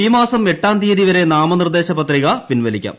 ഈ മാസം എട്ടാം തീയതി വരെ നാമനിർദ്ദേശ പത്രിക പിൻവലിക്കാം